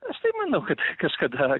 aš tai manau kad kažkada